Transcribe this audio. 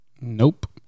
nope